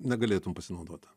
negalėtum pasinaudot